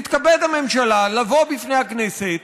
תתכבד הממשלה לבוא לפני הכנסת,